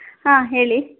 ಹಾಂ ಹೇಳಿ